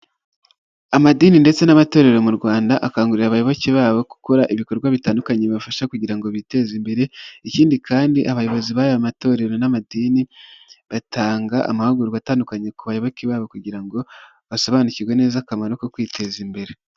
Amadini ndetse n'amatorero mu Rwanda, akangurira abayoboke babo gukora ibikorwa bitandukanye bibafasha kugira ngo biteze imbere. Ikindi kandi abayobozi b'aya matorero n'amadini, batanga amahugurwa atandukanye ku bayoboke babo kugira ngo basobanukirwe neza akamaro ko kwiteza imbere.